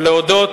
ולהודות,